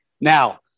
Now